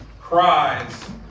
cries